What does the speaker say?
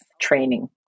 training